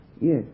Yes